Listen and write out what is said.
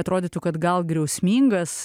atrodytų kad gal griausmingas